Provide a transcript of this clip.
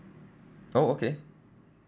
oh okay